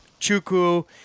Chuku